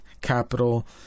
capital